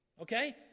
Okay